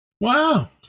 wow